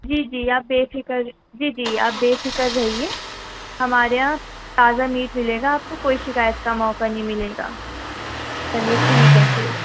جی جی آپ بے فکر جی جی آپ بے فکر رہیے ہمارے یہاں تازہ میٹ ملے گا آپ کو کوئی شکایت کا موقع نہیں ملے گا چلیے ٹھیک ہے پھر